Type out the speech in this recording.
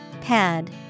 Pad